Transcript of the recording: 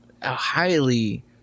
highly